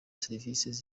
services